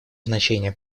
значение